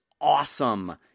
awesome